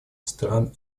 стран